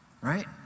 Right